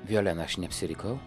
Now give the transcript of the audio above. violena aš neapsirikau